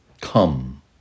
Come